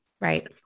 Right